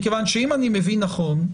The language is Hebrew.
אם אני מבין נכון,